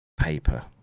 paper